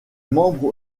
membre